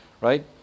right